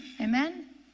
Amen